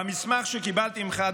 במסמך שקיבלתי ממך,